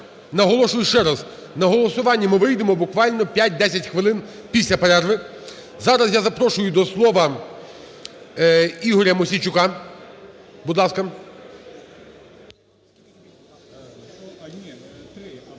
наголошую ще раз, на голосування ми вийдемо буквально 5-10 хвилин після перерви. Зараз я запрошую до слова Ігоря Мосійчука, будь ласка.